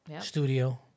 studio